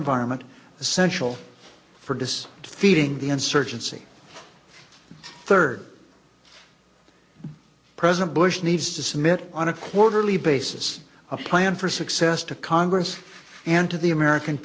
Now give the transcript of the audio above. environment essential for disks defeating the insurgency third president bush needs to submit on a quarterly basis of plan for success to congress and to the american